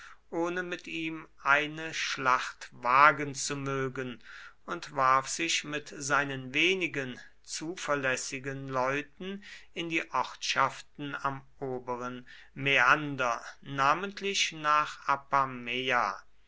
ohne mit ihm eine schlacht wagen zu mögen und warf sich mit seinen wenigen zuverlässigen leuten in die ortschaften am oberen mäander namentlich nach